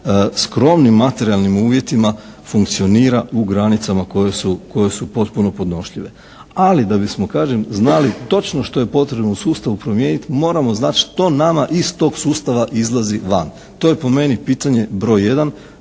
skromnim materijalnim uvjetima funkcionira u granicama koje su potpuno podnošljive. Ali da bismo kažem znali točno što je potrebno u sustavu promijeniti moramo znati što nama iz tog sustava izlazi van. To je po meni pitanje broj jedan